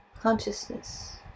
consciousness